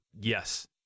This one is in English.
yes